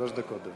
שלוש דקות.